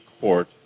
Court